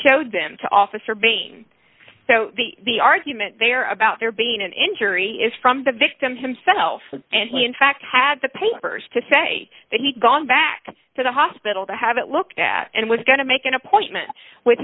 showed them to officer bain so the argument there about there being an injury is from the victim himself and he in fact had the papers to say that he'd gone back to the hospital to have it looked at and was going to make an appointment with